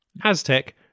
Aztec